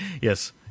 yes